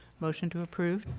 motion to approve?